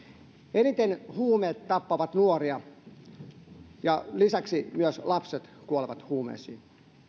eniten huumeet tappavat nuoria ja lisäksi myös lapset kuolevat huumeisiin